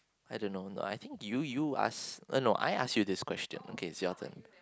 I don't know no I think you you ask uh no I ask you this question okay is your turn